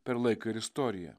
per laiką ir istoriją